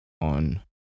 on